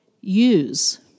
use